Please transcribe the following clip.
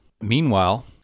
Meanwhile